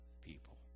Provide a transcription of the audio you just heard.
People